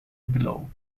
below